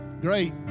Great